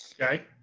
Okay